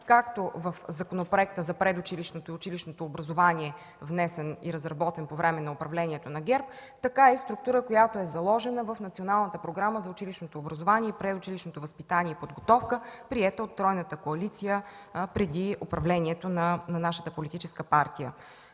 както в Законопроекта за предучилищното и училищното образование, внесен и разработен по време на управлението на ГЕРБ, така и структура, която е заложена в Националната програма за училищното образование и предучилищното възпитание и подготовка, приета от тройната коалиция преди управлението на нашата политическа партия.